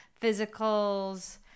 physicals